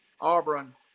Auburn